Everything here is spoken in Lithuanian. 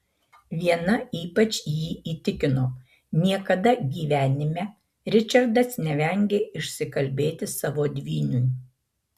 viena ypač jį įtikino niekada gyvenime ričardas nevengė išsikalbėti savo dvyniui